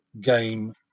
game